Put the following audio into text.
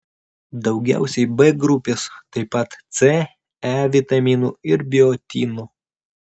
daugiausiai b grupės taip pat c e vitaminų ir biotino